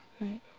right